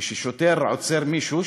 כששוטר עוצר מישהו,